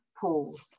Paul